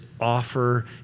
offer